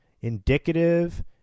indicative